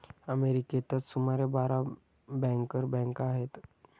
अमेरिकेतच सुमारे बारा बँकर बँका आहेत